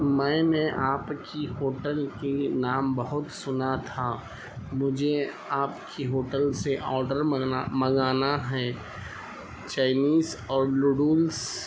میں نے آپ کی ہوٹل کی نام بہت سنا تھا مجھے آپ کی ہوٹل سے آڈر منگانا ہے چائنیز اور نوڈولس